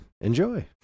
enjoy